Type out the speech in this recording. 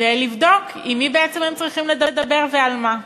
ולבדוק עם מי בעצם הם צריכים לדבר ועל מה.